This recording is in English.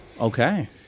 Okay